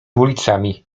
ulicami